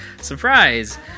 Surprise